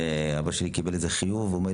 אבא שלי קיבל אתמול חיוב ואני בא לבדוק.